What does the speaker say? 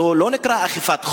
זה לא נקרא אכיפת חוק.